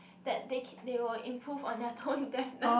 that they keep they will improve on their tone deafness